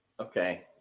Okay